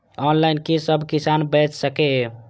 Online कि सब किसान बैच सके ये?